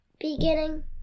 beginning